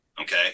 Okay